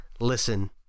listen